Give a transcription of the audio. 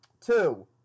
Two